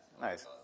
Nice